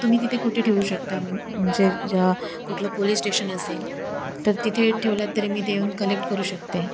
तुम्ही तिथे कुठे ठेवू शकता म्हणजे कुठलं पोलीस स्टेशन असेल तर तिथे ठेवलंत तरी मी ते येऊन कलेक्ट करू शकते